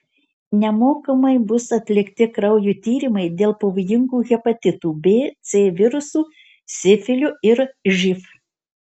nemokamai bus atlikti kraujo tyrimai dėl pavojingų hepatitų b c virusų sifilio ir živ